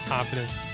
Confidence